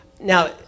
now